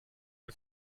you